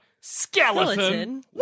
skeleton